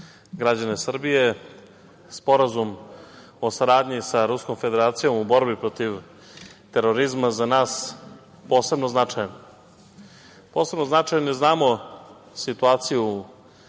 građane Srbije. Sporazum o saradnji sa Ruskom Federacijom u borbi protiv terorizma za nas je posebno značajan, jer znamo situaciju u